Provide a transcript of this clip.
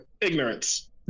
ignorance